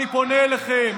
אני פונה אליכם,